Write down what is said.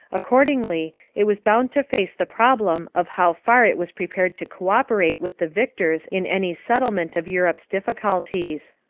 accordingly, it was bound to face the problem of how far it was prepared to cooperate with the victors in any settlement of europe's difficulties.